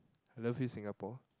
I love you Singapore